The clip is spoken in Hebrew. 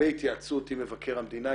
בהתייעצות עם מבקר המדינה,